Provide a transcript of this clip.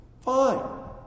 fine